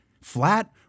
Flat